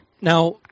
Now